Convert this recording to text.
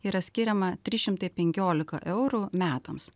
yra skiriama trys šimtai penkiolika eurų metams